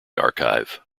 archive